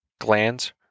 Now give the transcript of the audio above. glands